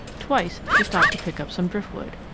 twice she stopped to pick up some driftwood.